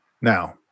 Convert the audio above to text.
Now